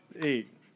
eight